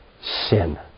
sin